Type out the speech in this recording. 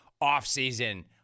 off-season